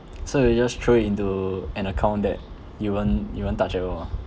so you just throw it into an account that you won't you won't touch at all ah